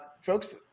folks